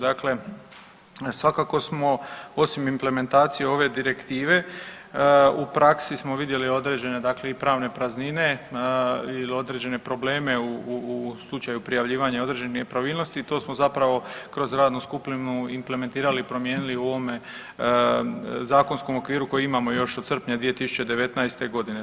Dakle, svakako smo osim implementacije ove direktive u praksi smo vidjeli određene dakle i pravne praznine ili određene probleme u slučaju prijavljivanja određenih nepravilnosti i to smo zapravo kroz radnu skupinu implementirali, promijenili u ovome zakonskom okviru koji imamo još od srpnja 2019. godine.